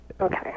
Okay